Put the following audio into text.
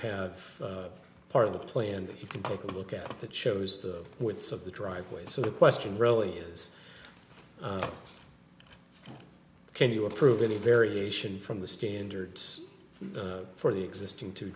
have part of the plan that you can take a look at the chose to with some of the driveway so the question really is can you approve any variation from the standards for the existing t